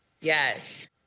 Yes